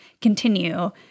continue